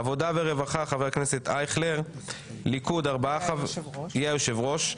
ועדת העבודה והרווחה חבר הכנסת אייכלר יהיה היושב-ראש.